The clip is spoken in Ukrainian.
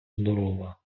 здорова